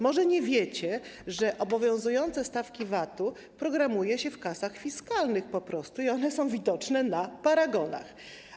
Może nie wiecie, że obowiązujące stawki VAT programuje się w kasach fiskalnych i są one widoczne na paragonach.